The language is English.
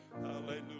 Hallelujah